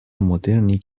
مدرنی